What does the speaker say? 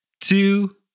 two